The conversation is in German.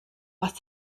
was